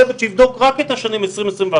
צוות שיבדוק רק את השנים 2020-2021,